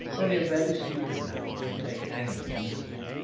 only a very stupid man can take hanging easily.